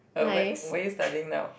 err where where are you studying now